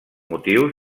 motius